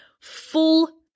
full